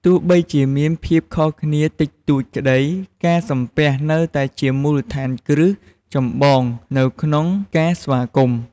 ទោះបីជាមានភាពខុសគ្នាតិចតួចក្ដី ការសំពះនៅតែជាមូលដ្ឋានគ្រឹះចម្បងនៅក្នុងការស្វាគមន៍។